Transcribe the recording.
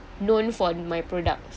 known from my products